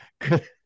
good